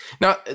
Now